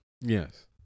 Yes